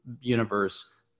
universe